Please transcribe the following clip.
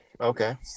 okay